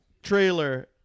trailer